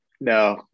No